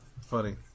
funny